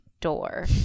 door